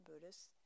Buddhists